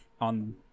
on